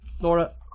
Laura